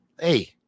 hey